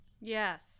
Yes